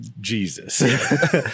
Jesus